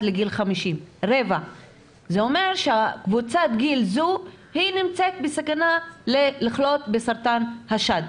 לגיל 50. זה אומר שקבוצת גיל זו נמצאת בסכנה לחלות בסרטן השד.